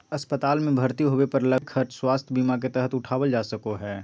अस्पताल मे भर्ती होबे पर लगभग सभे खर्च स्वास्थ्य बीमा के तहत उठावल जा सको हय